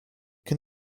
can